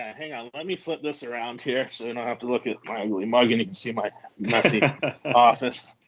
ah hang on. let me flip this around here, so i don't have to look at my and mug, and you can see my messy office.